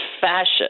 fascist